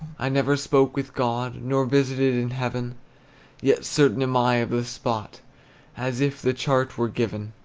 i never spoke with god, nor visited in heaven yet certain am i of the spot as if the chart were given.